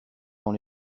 dans